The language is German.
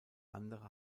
andere